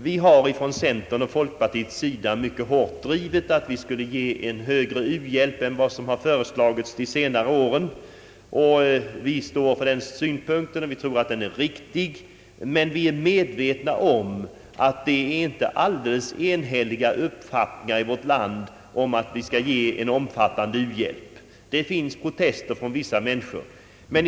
Vi har från centerns och folkpartiets sida mycket hårt drivit att vårt land skulle ge en större u-landshjälp än vad som givits under de senare åren. Men vi är medvetna om att det inte råder så alldeles enhälliga uppfattningar i vårt land om att vi skall ge en omfattande u-landshjälp. Vissa människor protesterar.